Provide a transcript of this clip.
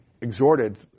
exhorted